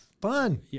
fun